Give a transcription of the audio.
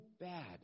bad